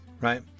right